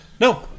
no